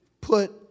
put